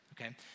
Okay